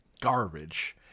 Garbage